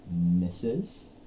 misses